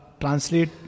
translate